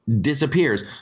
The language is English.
disappears